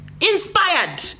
inspired